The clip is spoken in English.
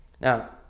Now